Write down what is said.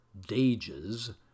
DAGES